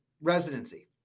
residency